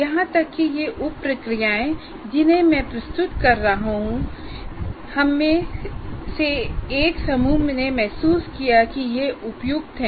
यहां तक कि ये उप प्रक्रियाएं जिन्हें मैं प्रस्तुत कर रहा हूं हममें से एक समूह ने महसूस किया कि वे उपयुक्त हैं